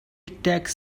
tech